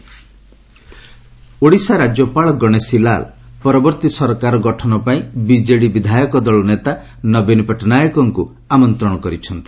ଓଡ଼ିଶା ଆସେମ୍କ୍ ଓଡ଼ିଶା ରାଜ୍ୟପାଳ ଗଣେଶୀ ଲାଲ୍ ପରବର୍ତ୍ତୀ ସରକାର ଗଠନ ପାଇଁ ବିଜେଡି ବିଧାୟକ ଦଳ ନେତା ନବୀନ ପଟ୍ଟନାୟକଙ୍କୁ ଆମନ୍ତ୍ରଣ କରିଛନ୍ତି